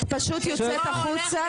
את פשוט יוצאת החוצה,